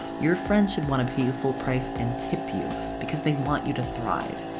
your friends should want to pay you full price and tip you because they want you to thrive.